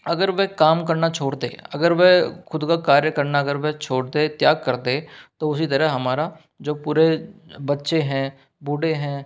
अगर वह काम करना छोड़ दे अगर वह खुद का कार्य करना अगर वह छोड़ दे त्याग कर दे तो उसी तरह हमारा जो पूरे बच्चे हैं बूढ़े हैं